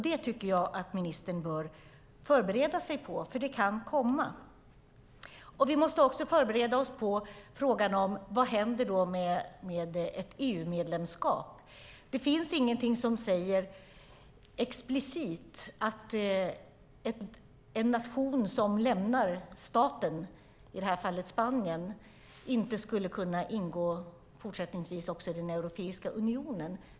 Det tycker jag att ministern bör förbereda sig för, för det kan komma. Vi måste förbereda oss för frågan vad som i så fall händer med ett EU-medlemskap. Det finns ingenting explicit som säger att en nation som lämnar staten, i det här fallet Spanien, fortsättningsvis inte skulle kunna ingå i den europeiska unionen.